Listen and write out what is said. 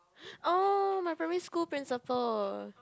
oh my primary school principal